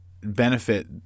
benefit